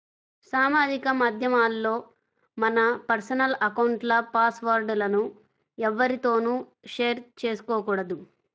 సామాజిక మాధ్యమాల్లో మన పర్సనల్ అకౌంట్ల పాస్ వర్డ్ లను ఎవ్వరితోనూ షేర్ చేసుకోకూడదు